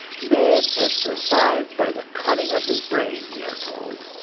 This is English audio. man has survived by the cunning of his brain, we are told,